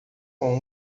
com